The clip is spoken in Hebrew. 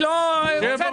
תודה